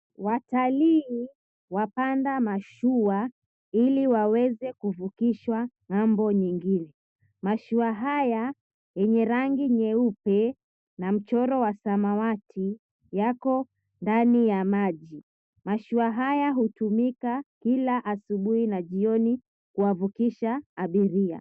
Watalii wapanda mashua iliwaweze kuvukishwa ngambo nyingine. Mashua haya nyenye rangi nyeupe na mchoro wa samawati yako ndani ya maji. Mashua haya hutumika kila asubuhi na jioni kuwavukisha abiria .